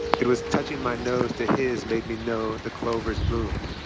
it was touching my nose to his made me know the clover's bloom,